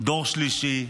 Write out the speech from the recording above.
דור שלישי,